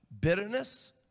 bitterness